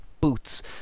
boots